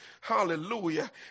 Hallelujah